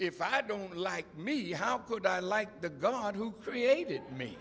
if i don't like me how could i like the god who created me